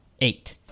Eight